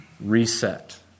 reset